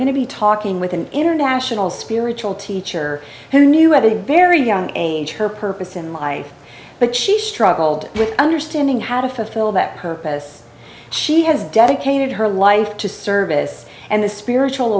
going to be talking with an international spiritual teacher who knew at the very young age her purpose in life but she struggled with understanding how to fulfill that purpose she has dedicated her life to service and the spiritual